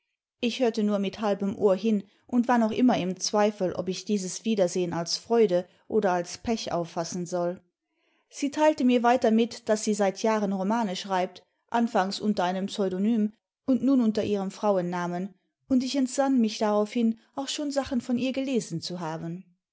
ich hörte nur mit halbem ohr hin und war noch immer im zweifel ob ich dieses wiedersehen als freude oder als pech auffassen soll sie teilte mir weiter mit daß sie seit jahren romane schreibt anfangs unter einem pseudonym und nun unter ihrem frauennamen und idx entsann mich daraufhin auch schon sachen von ihr gelesen zu haben